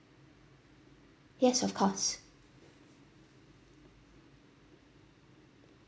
yes of course